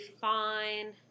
fine